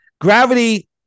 gravity